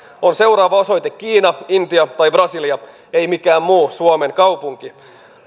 on seuraava osoite kiina intia tai brasilia ei mikään muu suomen kaupunki